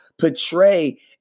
portray